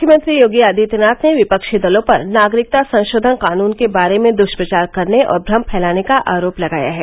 मुख्यमंत्री योगी आदित्यनाथ ने विपक्षी दलों पर नागरिकता संशोधन कानून के बारे में दुष्प्रचार करने और भ्रम फैलाने का आरोप लगाया है